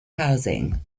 housing